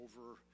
over